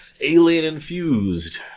alien-infused